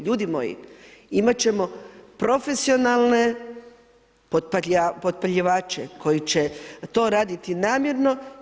Ljudi moji, imat ćemo profesionalne potpaljivače koji će to raditi namjerno.